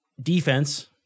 Defense